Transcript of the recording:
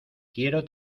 quiero